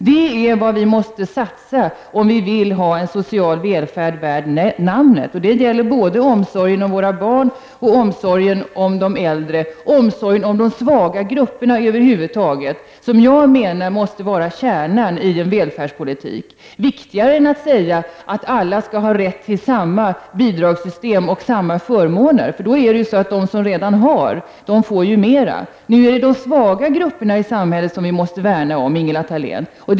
Detta är vad vi måste satsa på om vi vill ha en social välfärd värd namnet. Det gäller både omsorgen om våra barn och omsorgen om de äldre och över huvud taget omsorgen om de svaga grupperna, som jag menar måste vara kärnan i välfärdspolitiken. Det är viktigare än att säga att alla skall ha rätt till samma bidrag och samma förmåner. Då blir det så att de som redan har får mera. Nu måste vi värna om de svaga grupperna i samhället, Ingela Thalén.